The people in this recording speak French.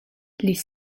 les